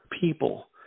people